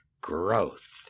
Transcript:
growth